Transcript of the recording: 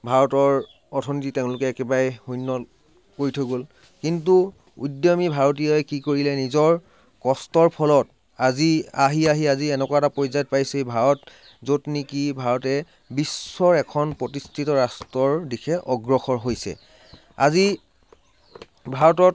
ভাৰতৰ অৰ্থনীতি তেওঁলোকে একেবাৰে শূন্য কৰি থৈ গ'ল কিন্তু উদ্যমী ভাৰতীয়ই কি কৰিলে নিজৰ কষ্টৰ ফলত আজি আহি আহি এনেকুৱা এটা পৰ্যায়ত পাইছেহি ভাৰত য'ত নেকি ভাৰতে বিশ্বৰ এখন প্ৰতিষ্ঠিত ৰাষ্ট্ৰৰ দিশে অগ্ৰসৰ হৈছে আজি ভাৰতত